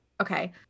Okay